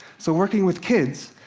so, working with kids,